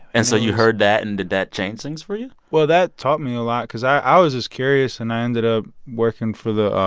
and so you heard that, and did that change things for you? well, that taught me a lot because i was just curious. and i ended up ah working for the